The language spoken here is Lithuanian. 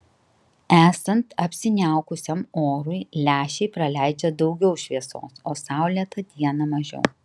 esant apsiniaukusiam orui lęšiai praleidžia daugiau šviesos o saulėtą dieną mažiau